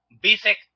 basic